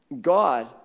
God